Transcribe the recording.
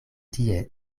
tie